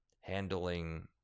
handling